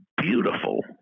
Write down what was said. beautiful